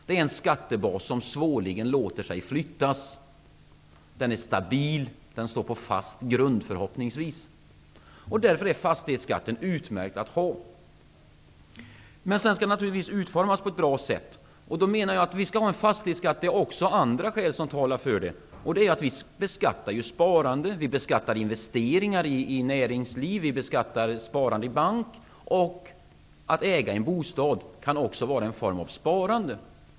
Det är en skattebas som svårligen låter sig flyttas. Den är stabil. Den står förhoppningsvis på fast grund. Därför är fastighetsskatten utmärkt att ha. Men den skall naturligtvis utformas på ett bra sätt. Det finns också andra skäl som talar för att vi skall ha en fastighetsskatt. Vi beskattar sparande, investeringar i näringslivet och sparande i bank. Att äga en bostad kan också vara en form av sparande.